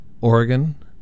Oregon